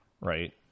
right